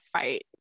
fight